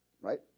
Right